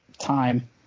Time